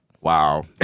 Wow